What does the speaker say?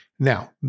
Now